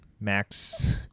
Max